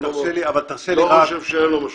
לא חושב שאין לו משמעות.